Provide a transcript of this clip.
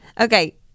Okay